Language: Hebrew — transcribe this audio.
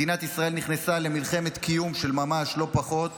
מדינת ישראל נכנסה למלחמת קיום של ממש, לא פחות,